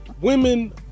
women